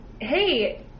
hey